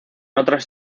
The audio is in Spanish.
otras